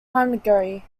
hungary